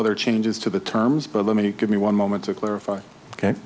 other changes to the terms but let me give me one moment to clarify ok